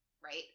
right